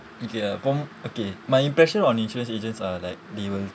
okay ya from okay my impression on insurance agents are like they will